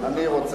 כן, אני רוצה